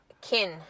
Kin